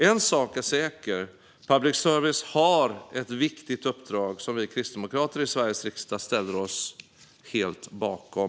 En sak är säker: Public service har ett viktigt uppdrag som vi kristdemokrater i Sveriges riksdag ställer oss helt bakom.